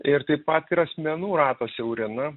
ir taip ir asmenų ratą siaurina